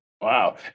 Wow